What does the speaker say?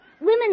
Women